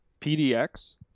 PDX